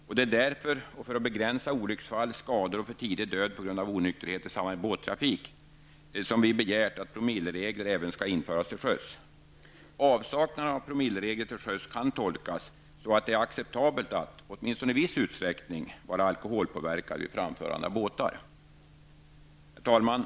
Det är också därför, och för att begränsa olycksfall, skador och för tidig död på grund av onykterhet i samband med båttrafik, som vi begärt att promilleregler skall införas även till sjöss. Avsaknaden av promilleregler till sjöss kan tolkas så, att det är acceptabelt att -- åtminstone i viss utsträckning -- vara alkoholpåverkad vid framförande av båtar. Herr talman!